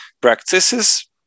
practices